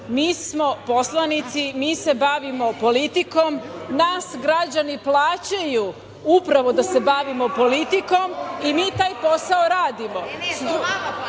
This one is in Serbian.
Mi smo poslanici, mi se bavimo politikom, nas građani plaćaju upravo da se bavimo politikom i mi taj posao radimo. Sa